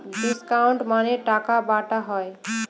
discount মানে টাকা বাটা হয়